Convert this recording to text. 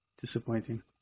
Disappointing